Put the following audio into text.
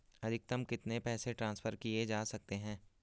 अधिकतम कितने पैसे ट्रांसफर किये जा सकते हैं?